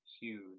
huge